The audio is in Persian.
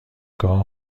گاه